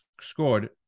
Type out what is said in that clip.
scored